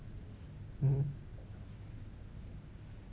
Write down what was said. mm